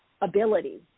ability